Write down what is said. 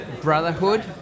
Brotherhood